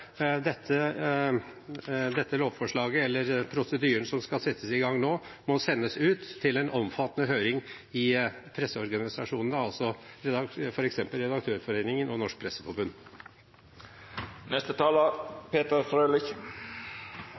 lovforslaget – eller den prosedyren som skal settes i gang nå – må sendes ut til en omfattende høring i presseorganisasjonene, f.eks. Redaktørforeningen og Norsk Presseforbund. Nå har vi sett en debatt hvor Arbeiderpartiet og